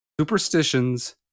superstitions